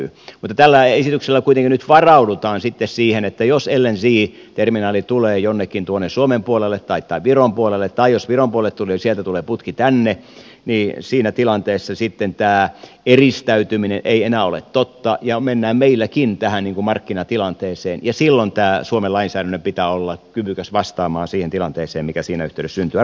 mutta tällä esityksellä kuitenkin nyt varaudutaan sitten siihen että jos lng terminaali tulee jonnekin tuonne suomen puolelle tai viron puolelle tai jos viron puolelle tulee sieltä tulee putki tänne niin siinä tilanteessa sitten tämä eristäytyminen ei enää ole totta ja mennään meilläkin tähän markkinatilanteeseen ja silloin suomen lainsäädännön pitää olla kyvykäs vastaamaan siihen tilanteeseen mikä siinä yhteydessä syntyy